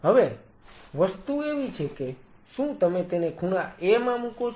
હવે વસ્તુ એવી છે કે શું તમે તેને ખૂણા A માં મુકો છો